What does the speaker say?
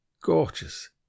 gorgeous